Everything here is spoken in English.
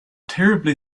terribly